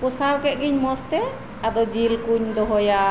ᱠᱚᱥᱟᱣ ᱠᱮᱜ ᱜᱤᱧ ᱢᱚᱡᱽᱜᱮ ᱟᱫᱚ ᱡᱤᱞ ᱠᱚᱧ ᱫᱚᱦᱚᱭᱟ